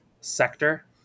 sector